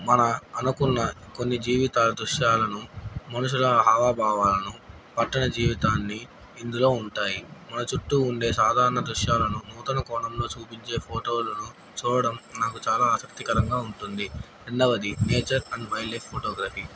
మన అనుకున్న కొన్ని జీవితాల దృశ్యాలను మనుషుల హావభావాలను పట్టణ జీవితాన్ని ఇందులో ఉంటాయి మన చుట్టూ ఉండే సాధారణ దృశ్యాలను నూతన కోణంలో చూపించే ఫోటోలను చూడడం నాకు చాలా ఆసక్తికరంగా ఉంటుంది రెండవది nature and wildlife photography